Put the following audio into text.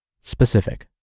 specific